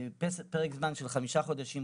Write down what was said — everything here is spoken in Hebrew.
פרק זמן של חמישה חודשים,